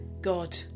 God